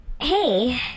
Hey